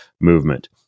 movement